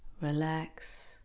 relax